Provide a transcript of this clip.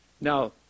Now